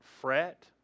fret